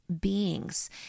beings